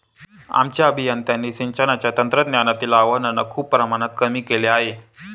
आमच्या अभियंत्यांनी सिंचनाच्या तंत्रज्ञानातील आव्हानांना खूप प्रमाणात कमी केले आहे